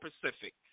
Pacific